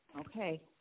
Okay